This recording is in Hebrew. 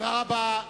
תודה רבה.